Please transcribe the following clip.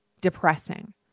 depressing